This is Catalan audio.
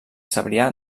cebrià